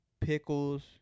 Pickles